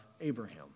Abraham